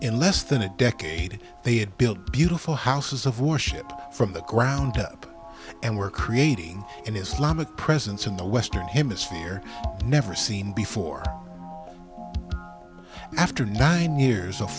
in less than a decade they had built beautiful houses of worship from the ground up and were creating an islamic presence in the western hemisphere never seen before after nine years of